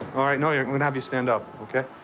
all right no, you're i'm going to have you stand up. ok?